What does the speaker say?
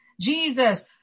Jesus